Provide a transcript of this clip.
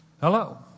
Hello